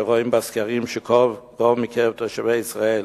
שרואים בסקרים, שלפיהם רוב מקרב תושבי ישראל